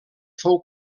fou